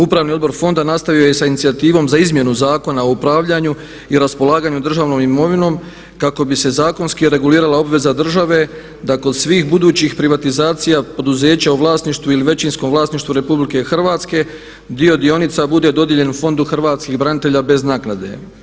Upravni odbor Fonda nastavio je sa inicijativom za izmjenu Zakona o upravljanju i raspolaganju državnom imovinom kako bi se zakonski regulirala obveza države da kod svih budućih privatizacija poduzeće u vlasništvu ili većinskom vlasništvu Republike Hrvatske dio dionica bude dodijeljen Fondu hrvatskih branitelja bez naknade.